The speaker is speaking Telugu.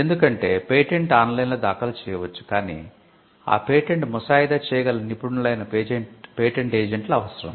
ఎందుకంటే పేటెంట్ ఆన్లైన్లో దాఖలు చేయవచ్చు కాని ఆ పేటెంట్ ముసాయిదా చేయగల నిపుణులైన పేటెంట్ ఏజెంట్లు అవసరం